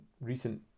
recent